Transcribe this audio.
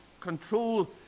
control